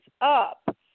up